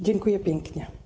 Dziękuję pięknie.